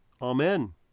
Amen